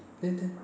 then then